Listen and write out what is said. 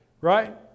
right